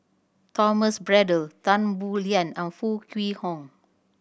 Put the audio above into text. Thomas Braddell Tan Boo Liat and Foo Kwee Horng